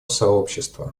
сообщества